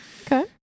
okay